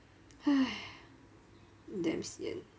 !haiya! damn sian